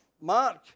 Mark